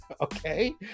Okay